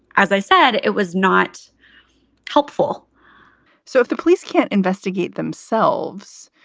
as i said, it was not helpful so if the police can't investigate themselves,